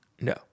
No